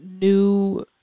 new